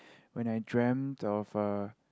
when I dreamt of uh